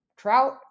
Trout